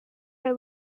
are